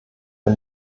der